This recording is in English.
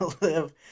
live